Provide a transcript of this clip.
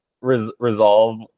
resolve